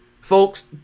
folks